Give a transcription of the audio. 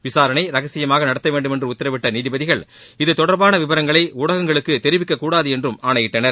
விசாரணை ரகசியமாக நடத்த வேண்டுமென உத்தரவிட்ட நீதிபதிகள் இது தொடர்பான விவரங்களை ஊடகங்களுக்கு தெரிவிக்கக்கூடாது என்றும் ஆணையிட்டனர்